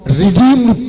redeemed